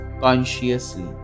consciously